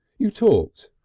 you talked,